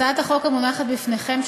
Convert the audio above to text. הצעת החוק המונחת בפניכם,